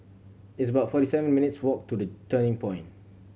it's about forty seven minutes' walk to The Turning Point